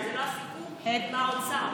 אבל זה לא הסיכום שנקבע עם האוצר.